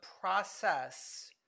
process